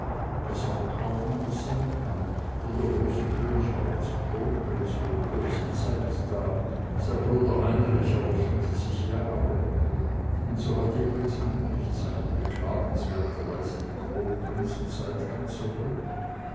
was auch kaum anders sein kann der große könig war als kronprinz nur kurze zeit da sein bruder heinrich aber fünfzig jahre und so hat die prinz heinrich zeit beklagenswerterweise die kronprinzenzeit ganz erdrückt